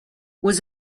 was